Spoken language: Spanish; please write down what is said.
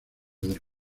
del